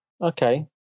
Okay